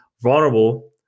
vulnerable